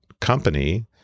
company